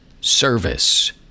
service